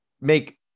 make